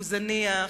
הוא זניח,